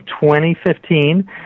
2015